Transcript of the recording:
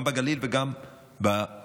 גם בגליל וגם במשולש.